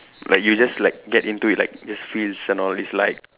like you just like get into it like just freeze and all it's like